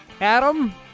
Adam